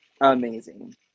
Amazing